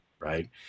right